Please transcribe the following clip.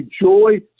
joy